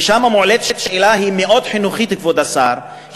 ושם מועלית שאלה, היא מאוד חינוכית, כבוד השר.